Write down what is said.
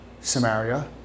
samaria